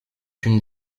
une